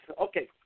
Okay